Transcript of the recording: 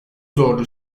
zorlu